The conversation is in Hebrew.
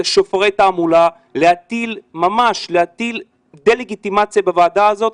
שופרי תעמולה להטיל ממש דה לגיטימציה בוועדה הזאת,